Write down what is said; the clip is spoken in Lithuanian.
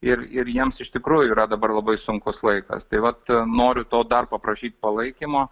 ir ir jiems iš tikrųjų yra dabar labai sunkus laikas tai vat noriu to dar paprašyt palaikymo